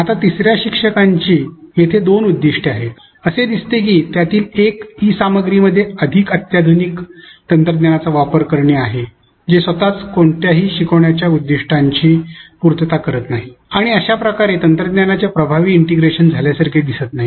आता तिसऱ्या शिक्षकांची येथे दोन उद्दीष्टे आहेत असे दिसते की त्यातील एक ई सामग्रीमध्ये अधिक अत्याधुनिक तंत्रज्ञानाचा वापर करणे आहे जे स्वतःच कोणत्याही शिकवण्याच्या उद्दीष्टांची पूर्तता करत नाही आणि अशा प्रकारे तंत्रज्ञानाचे प्रभावी इंटिग्रेशन झाल्यासारखे दिसत नाही